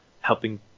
helping